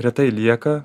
retai lieka